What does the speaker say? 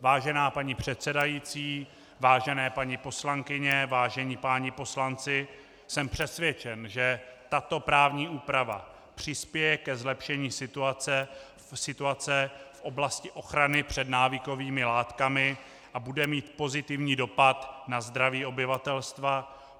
Vážená paní předsedající, vážené paní poslankyně, vážení páni poslanci, jsem přesvědčen, že tato právní úprava přispěje ke zlepšení situace v oblasti ochrany před návykovými látkami a bude mít pozitivní dopad na zdraví obyvatelstva.